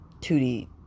2D